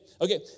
Okay